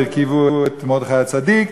והרכיבו את מרדכי הצדיק.